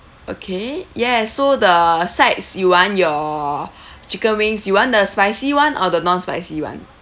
okay yes so the sides you want your chicken wings you want the spicy one or the non-spicy one